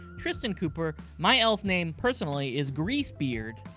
tristan cooper. my elf name, personally, is greasebeard.